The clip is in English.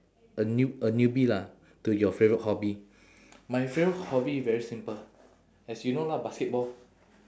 a newb~ a newbie lah to your favourite hobby my favourite hobby very simple as you know lah basketball